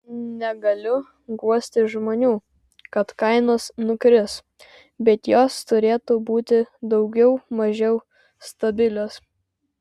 negaliu guosti žmonių kad kainos nukris bet jos turėtų būti daugiau mažiau stabilios